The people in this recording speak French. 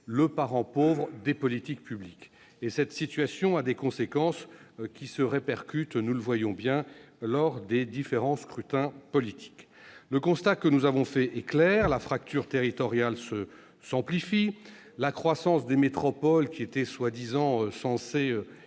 le parent pauvre des politiques publiques. Cette situation a des conséquences qui se répercutent, nous le voyons bien, lors des différents scrutins politiques. Le constat que nous avons fait est clair : la fracture territoriale s'amplifie ; la croissance des métropoles, qui étaient censées